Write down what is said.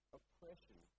oppression